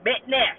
business